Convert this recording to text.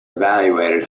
evaluated